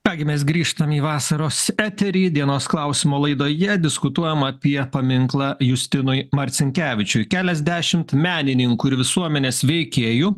ką gi mes grįžtam į vasaros eterį dienos klausimo laidoje diskutuojam apie paminklą justinui marcinkevičiui keliasdešimt menininkų ir visuomenės veikėjų